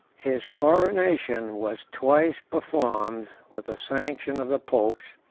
his coronation was twice performed, with the sanction of the popes,